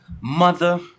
mother